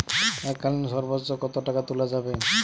এককালীন সর্বোচ্চ কত টাকা তোলা যাবে?